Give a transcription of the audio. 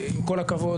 עם כל הכבוד,